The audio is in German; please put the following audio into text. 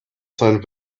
sein